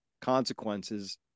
consequences